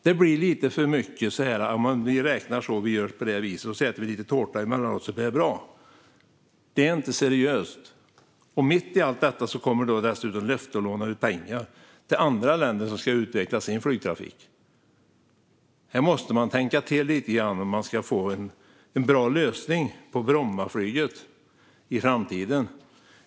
Det blir lite för mycket "vi räknar så, vi gör på detta vis och så äter vi lite tårta emellanåt, så blir det bra". Det är inte seriöst. Mitt i allt detta kommer dessutom löfte om att låna ut pengar till andra länder som ska utveckla sin flygtrafik. Här måste man tänka till lite grann hur man ska få en bra lösning för Brommaflyget i framtiden.